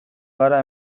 gara